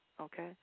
Okay